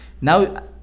Now